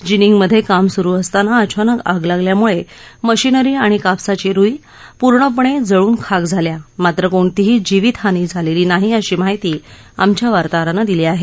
ginning मध्ये काम सूरु असताना अचानक आग लागल्यामुळे मशिनरी आणि कापसाची रुई पूर्णपणे जळून खाक झाल्या मात्र कोणतीही जीवित हानी झालेली नाही अशी माहिती आमच्या वार्ताहरानं दिली आहे